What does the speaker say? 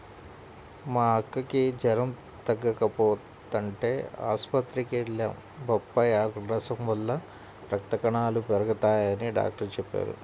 మా అక్కకి జెరం తగ్గకపోతంటే ఆస్పత్రికి వెళ్లాం, బొప్పాయ్ ఆకుల రసం వల్ల రక్త కణాలు పెరగతయ్యని డాక్టరు చెప్పారు